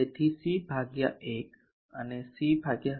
તેથી C1 અને C 0